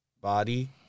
Body